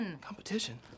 Competition